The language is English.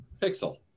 Pixel